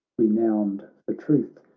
renowned for truth,